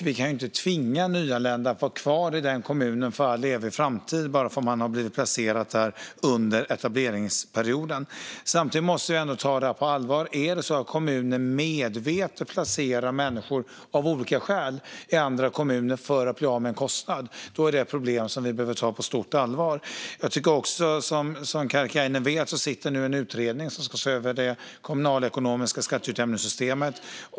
Vi kan inte tvinga nyanlända att vara kvar i en kommun för all evig framtid bara för att de blivit placerade där under etableringsperioden. Jag måste ändå ta det här på allvar. Om det är så att kommuner av olika skäl medvetet placerar människor i andra kommuner för att bli av med kostnader är det ett problem som vi behöver ta på stort allvar. Som Karkiainen vet har det tillsatts en utredning som ska se över det kommunalekonomiska skatteutjämningssystemet.